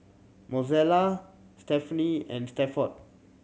Mozelle Stephenie and Stafford